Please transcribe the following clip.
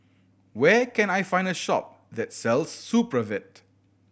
where can I find a shop that sells Supravit